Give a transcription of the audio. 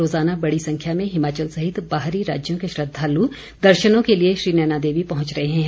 रोज़ाना बड़ी संख्या में हिमाचल सहित बाहरी राज्यों के श्रद्वालु दर्शनों के लिए श्री नैना देवी पहुंच रहे हैं